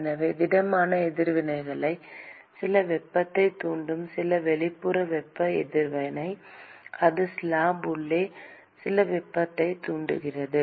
எனவே திடமான எதிர்வினை சில வெப்பத்தைத் தூண்டும் சில வெளிப்புற வெப்ப எதிர்வினை இது ஸ்லாப் உள்ளே சில வெப்பத்தைத் தூண்டுகிறது